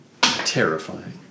Terrifying